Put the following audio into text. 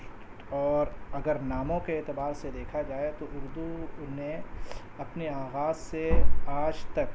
اور اگر ناموں کے اعتبار سے دیکھا جائے تو اردو نے اپنے آغاز سے آج تک